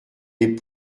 les